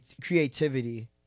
creativity